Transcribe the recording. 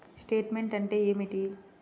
Statement అంటే ఏమిటి?